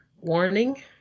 warning